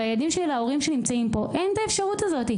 והילדים של ההורים שנמצאים פה אין את האפשרות הזאת.